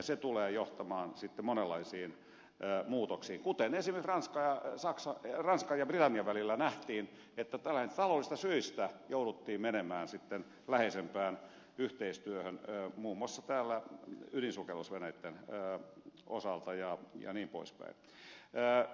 se tulee sitten johtamaan monenlaisiin muutoksiin kuten esimerkiksi ranskan ja britannian välillä nähtiin että taloudellisista syistä jouduttiin menemään läheisempään yhteistyöhön muun muassa ydinsukellusveneitten osalta jnp